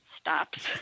stops